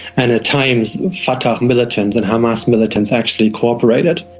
and at times fatah militants and hamas militants actually cooperated.